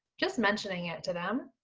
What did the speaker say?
just mentioning it to them,